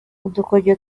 udukoryo